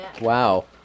Wow